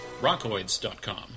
rockoids.com